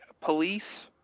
police